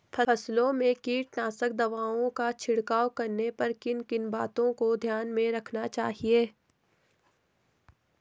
फसलों में कीटनाशक दवाओं का छिड़काव करने पर किन किन बातों को ध्यान में रखना चाहिए?